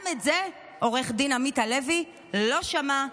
גם את זה עורך הדין עמית הלוי לא שמע,